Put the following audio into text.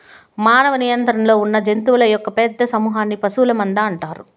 మానవ నియంత్రణలో ఉన్నజంతువుల యొక్క పెద్ద సమూహన్ని పశువుల మంద అంటారు